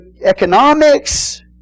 economics